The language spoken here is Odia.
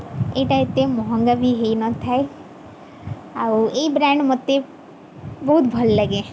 ଏଇଟା ଏତେ ମହଙ୍ଗା ବି ହୋଇନଥାଏ ଆଉ ଏହି ବ୍ରାଣ୍ଡ୍ ମୋତେ ବହୁତ ଭଲ ଲାଗେ